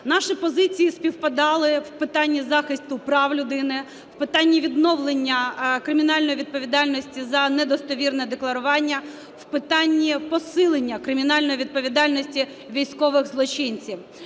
Наші позиції співпадали в питанні захисту прав людини, в питанні відновлення кримінальної відповідальності за недостовірне декларування, в питанні посилення кримінальної відповідальності військових злочинців.